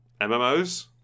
MMOs